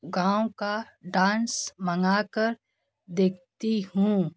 गाँव का डांस मंगा कर देखती हूँ